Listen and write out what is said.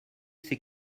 ces